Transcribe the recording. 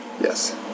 Yes